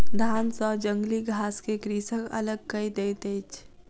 धान सॅ जंगली घास के कृषक अलग कय दैत अछि